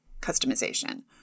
customization